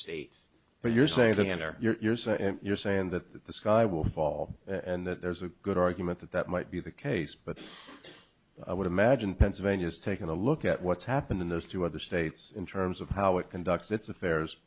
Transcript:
states but you're saying or you're saying you're saying that the sky will fall and that there's a good argument that that might be the case but i would imagine pennsylvania's taking a look at what's happened in those two other states in terms of how it conducts its affairs